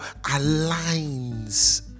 aligns